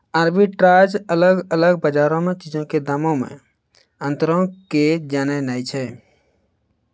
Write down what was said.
arbitrage अलग अलग बजारो मे चीजो के दामो मे अंतरो के जाननाय छै